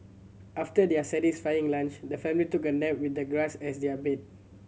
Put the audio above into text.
after their satisfying lunch the family took a nap with the grass as their bed